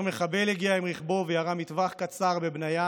מחבל הגיע עם רכבו וירה מטווח קצר בבניה